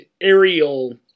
aerial